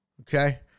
okay